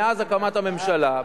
מאז הקמת הממשלה,